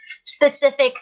specific